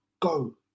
go